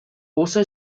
also